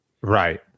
Right